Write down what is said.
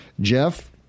Jeff